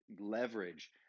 leverage